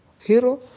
hero